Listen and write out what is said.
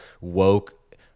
woke